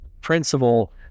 principle